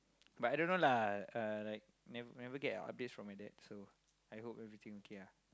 but I don't know lah uh like ne~ never get a update from my dad so I hope everything okay ah